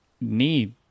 need